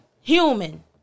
Human